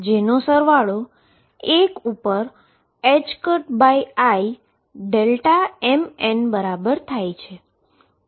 જેનો સરવાળો l ઉપર imn બરાબર થાય છે